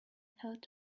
hurt